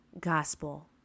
gospel